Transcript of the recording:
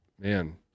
Man